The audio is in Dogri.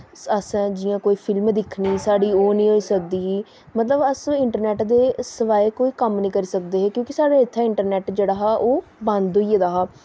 अस जि'यां कोई फिल्म दिक्खनी साढ़ी ओह् नेईं होई सकदी ही मतलब अस इंटरनैट्ट दे सिवाए कोई कम्म नेईं करी सकदे हे क्योंकि साढ़े इत्थै इंटरनैट्ट जेह्ड़ा हा ओह् बंद होई गेदा हा